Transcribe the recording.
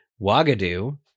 Wagadu